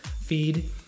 feed